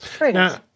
Now